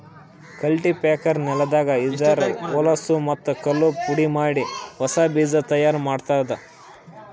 cultipacker ನೆಲದಾಗ ಇರದ್ ಹೊಲಸೂ ಮತ್ತ್ ಕಲ್ಲು ಪುಡಿಮಾಡಿ ಹೊಸಾ ಬೀಜ ತೈಯಾರ್ ಮಾಡ್ತುದ